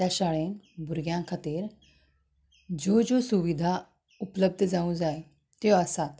त्या शाळेन भुरग्यां खातीर ज्यो ज्यो सुविदा उपलब्द जावंक जाय त्यो आसात